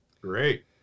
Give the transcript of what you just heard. great